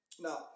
Now